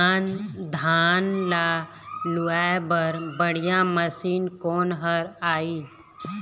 धान ला लुआय बर बढ़िया मशीन कोन हर आइ?